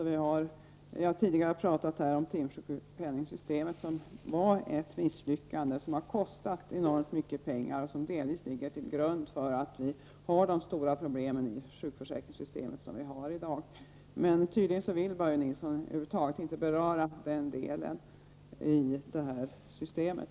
Vi har tidigare här talat om sjukpenningssystemet som är ett misslyckande. Det har kostat mycket pengar och det ligger delvis till grund för de stora problem som vi har i sjukförsäkringssystemet i dag. Men tydligen vill Börje Nilsson över huvud taget inte beröra den delen.